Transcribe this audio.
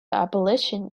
abolition